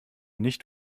nicht